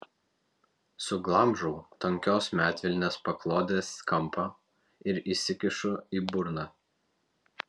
suglamžau tankios medvilnės paklodės kampą ir įsikišu į burną